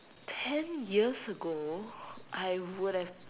ten years ago I would have